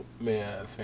man